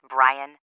Brian